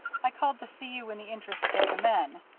i called to see you in the interests of the men,